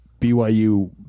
BYU